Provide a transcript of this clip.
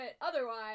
otherwise